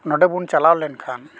ᱱᱚᱰᱮᱵᱚᱱ ᱪᱟᱞᱟᱣ ᱞᱮᱱᱠᱷᱟᱱ